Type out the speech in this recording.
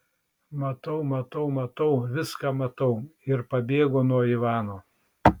matau matau matau viską matau ir pabėgo nuo ivano